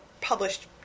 published